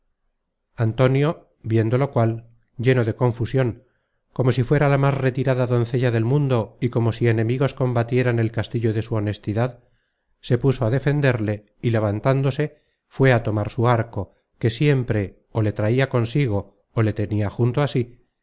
antonio viendo lo cual lleno de confusion como si fuera la más retirada doncella del mundo y como si enemigos combatieran el castillo de su honestidad se puso á defenderle y levantándose fué á tomar su arco que siempre ó le traia consigo ó le tenia junto á sí